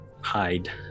Hide